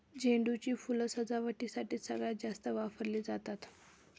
झेंडू ची फुलं सजावटीसाठी सगळ्यात जास्त वापरली जातात